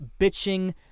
bitching